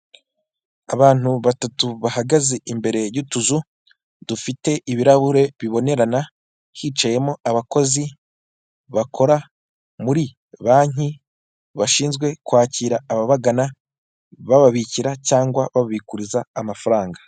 Abantu batatu bahagaze imbere y'utuzu dufite ibirahure bibonerana hicayemo abakozi bakora muri banki bashinzwe kwakira ababagana bababikira cyangwa babikuza amafaranga.